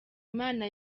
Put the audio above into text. imana